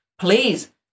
Please